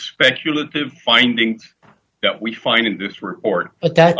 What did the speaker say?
speculative findings that we find in this report but that